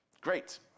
great